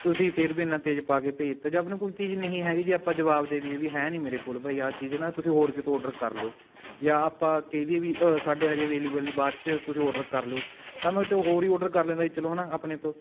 ਤੁਸੀਂ ਫਿਰ ਵੀ ਐਨਾਂ ਤੇਜ਼ ਪਾ ਕੇ ਭੇਜ ਦਿੱਤਾ ਜਦ ਆਪਣੇ ਕੋਲ ਚੀਜ਼ ਨਹੀਂ ਹੈਗੀ ਜੀ ਆਪਾਂ ਜਵਾਬ ਦੇ ਦੇਈਏ ਵੀ ਹੈ ਨਹੀਂ ਮੇਰੇ ਕੋਲ ਬਾਈ ਆਹ ਚੀਜ਼ ਨਾ ਤੁਸੀਂ ਹੋਰ ਕਿਤੋਂ ਔਡਰ ਕਰ ਲਉ ਜਾਂ ਆਪਾਂ ਕਹੀਏ ਵੀ ਸਾਡੇ ਹਜੇ ਅਵੇਲੇਬਲ ਨਹੀਂ ਬਾਅਦ 'ਚ ਤੁਸੀਂ ਔਡਰ ਕਰ ਲਿਓ ਤਾਂ ਮੈਂ ਕਿਤੋਂ ਹੋਰ ਹੀ ਔਡਰ ਕਰ ਲੈਂਦਾ ਜੀ ਚਲੋ ਹੈ ਨਾ ਆਪਣੇ ਤੋਂ